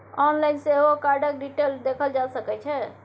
online सेहो कार्डक detail देखल जा सकै छै